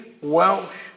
Welsh